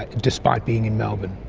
ah despite being in melbourne.